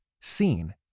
seen